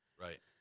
Right